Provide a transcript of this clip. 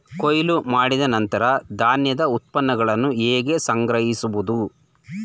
ಕೊಯ್ಲು ಮಾಡಿದ ನಂತರ ಧಾನ್ಯದ ಉತ್ಪನ್ನಗಳನ್ನು ಹೇಗೆ ಸಂಗ್ರಹಿಸುವುದು?